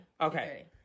Okay